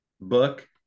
book